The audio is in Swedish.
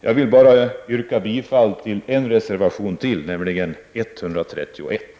Jag vill dock yrka bifall till ännu en reservation, nämligen 131.